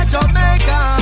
Jamaica